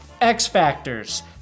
X-Factors